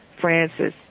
Francis